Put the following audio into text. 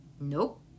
nope